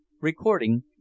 Recording